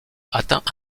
atteint